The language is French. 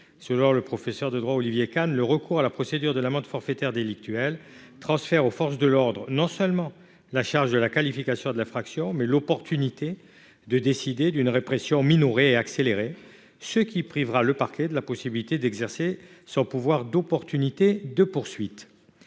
Selon le professeur de droit Olivier Cahn, « le recours à la procédure de l'amende forfaitaire délictuelle transfère aux forces de l'ordre non seulement la charge de la qualification de l'infraction mais l'opportunité de décider d'une répression minorée et accélérée, ce qui privera le parquet de la possibilité d'exercer son pouvoir d'opportunité des poursuites